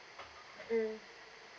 mm